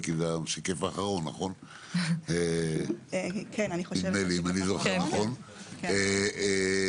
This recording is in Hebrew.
זה השקף האחרון אם אני זוכר נכון, נכון?